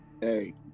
hey